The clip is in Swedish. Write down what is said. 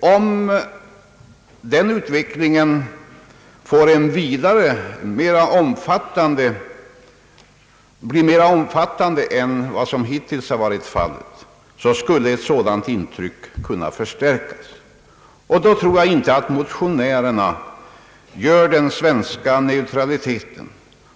Om den utvecklingen blir mer omfattande än hittills skulle ett sådant intryck kunna förstärkas. Då tror jag inte att motionärerna gör den svenska neutraliteten